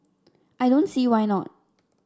I don't see why not